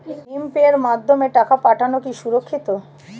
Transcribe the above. ভিম পের মাধ্যমে টাকা পাঠানো কি সুরক্ষিত?